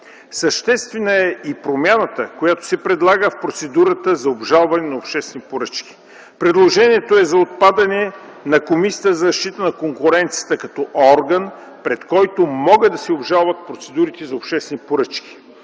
Съществена е и промяната, която се предлага в процедурата за обжалване на обществени поръчки. Предложението е за отпадане на Комисията за защита на конкуренцията като орган, пред който могат да се обжалват процедурите за обществени поръчки.